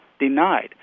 denied